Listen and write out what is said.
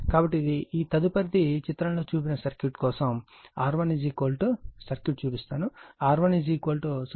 కాబట్టి ఈ తదుపరిది చిత్రంలో చూపిన సర్క్యూట్ కోసం R1 సర్క్యూట్ చూపిస్తాను R1 0